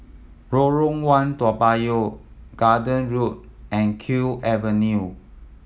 Lorong One Toa Payoh Garden Road and Kew Avenue